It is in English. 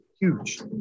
huge